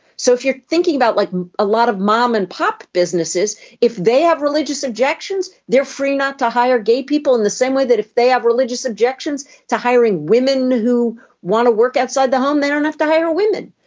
so if you're thinking about like a lot of mom and pop businesses if they have religious objections they're free not to hire gay people in the same way that if they have religious objections to hiring women who want to work outside the home they don't have to hire women.